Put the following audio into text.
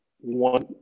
one